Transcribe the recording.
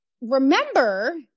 remember